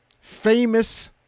famous